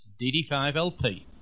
DD5LP